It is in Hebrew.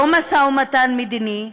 לא משא-ומתן מדיני,